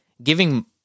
giving